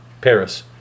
Paris